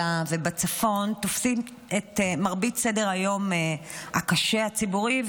ובצפון תופסים את מרבית סדר-היום הציבורי הקשה,